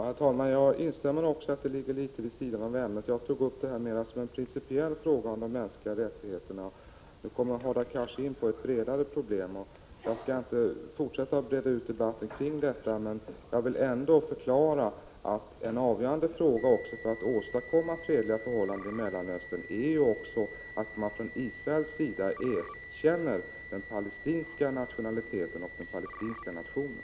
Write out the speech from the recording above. Herr talman! Jag instämmer i att detta ligger litet vid sidan av ämnet, men jag tog upp det mer som en principiell fråga om de mänskliga rättigheterna. Nu kommer Hadar Cars in på ett bredare problem, som jag inte skall fortsätta att debattera. Jag vill ändå förklara att det som är avgörande för att man skall åstadkomma fredliga förhållanden i Mellanöstern är att Israel erkänner den palestinska nationaliteten och den palestinska nationen.